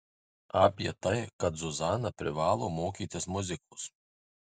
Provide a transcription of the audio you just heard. apie tai kad zuzana privalo mokytis muzikos